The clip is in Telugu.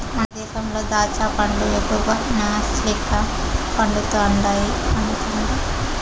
మన దేశంలో దాచ్చా పండ్లు ఎక్కువగా నాసిక్ల పండుతండాయి